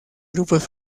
grupos